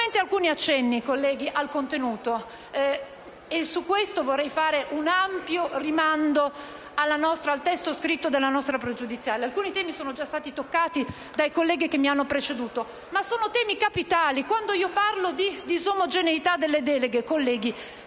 alcuni accenni al contenuto; a questo proposito, vorrei fare un ampio rimando al testo scritto della nostra questione pregiudiziale. Alcuni temi sono già stati toccati dai colleghi che mi hanno preceduto e si tratta di temi capitali. Quando parlo di disomogeneità delle deleghe, colleghi,